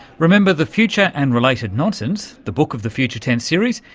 remember, the future and related nonsense, the book of the future tense series,